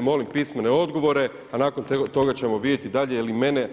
Molim pismene odgovore, a nakon toga ćemo vidjeti dalje jer mene